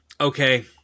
okay